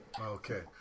Okay